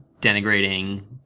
denigrating